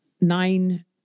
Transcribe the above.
nine